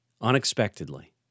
Unexpectedly